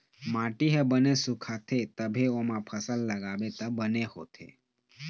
माटी ह बने सुखाथे तभे ओमा फसल लगाबे त बने होथे